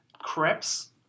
crepes